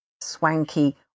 swanky